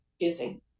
choosing